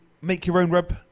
make-your-own-rub